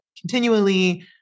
continually